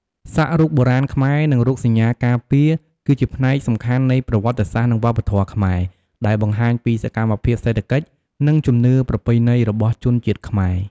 សាក់រូបបុរាណខ្មែរ និងរូបសញ្ញាការពារ គឺជាផ្នែកសំខាន់នៃប្រវត្តិសាស្ត្រ និងវប្បធម៌ខ្មែរ ដែលបង្ហាញពីសកម្មភាពសេដ្ឋកិច្ច និងជំនឿប្រពៃណីរបស់ជនជាតិខ្មែរ។